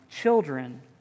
Children